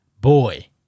Boy